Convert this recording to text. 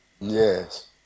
yes